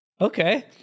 okay